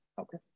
Okay